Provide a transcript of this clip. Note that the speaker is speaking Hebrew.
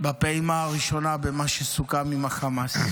בפעימה הראשונה, במה שסוכם עם החמאס.